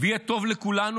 ויהיה טוב לכולנו,